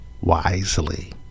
wisely